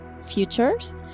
futures